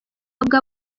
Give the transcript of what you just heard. bwa